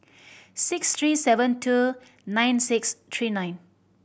six three seven two nine six three nine